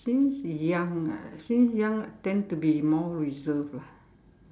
since young ah since young I tend to be more reserved lah